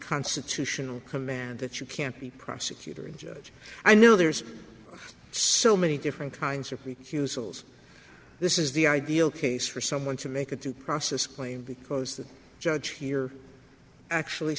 constitutional command that you can't be prosecutor and judge i know there's so many different kinds of p q souls this is the ideal case for someone to make a due process claim because the judge here actually